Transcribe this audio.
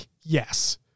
yes